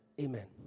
Amen